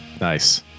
Nice